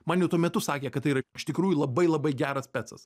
man jau tuo metu sakė kad tai yra iš tikrųjų labai labai geras specas